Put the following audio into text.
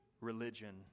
religion